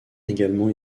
également